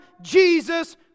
Jesus